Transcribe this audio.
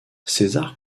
césar